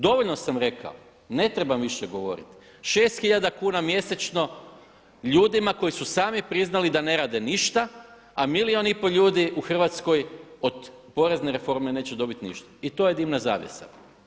Dovoljno sam rekao, ne trebam više govoriti, šest tisuća kuna mjesečno ljudima koji su sami priznali da ne rade ništa, a milijun i pol ljudi u Hrvatskoj od porezne reforme neće dobiti ništa i to je dimna zavjesa.